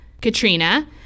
Katrina